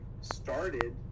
started